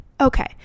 Okay